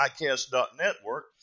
ICAST.network